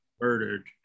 murdered